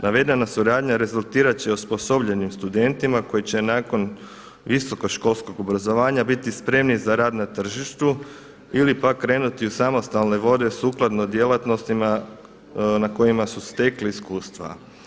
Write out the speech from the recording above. Navedena suradnja rezultirat će osposobljenim studentima koji će nakon visoko školskog obrazovanja biti spremni za rad na tržištu ili pak krenuti u samostalne vode sukladno djelatnostima na kojima su stekli iskustva.